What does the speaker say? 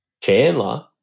Chandler